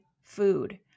food